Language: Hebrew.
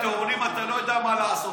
עם הטיעונים אתה לא יודע מה לעשות,